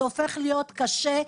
זה הופך להיות קשה.